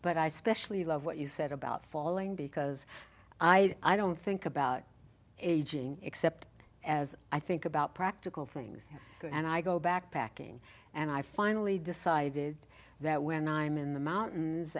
but i specially love what you said about falling because i i don't think about aging except as i think about practical things and i go backpacking and i finally decided that when i'm in the mountains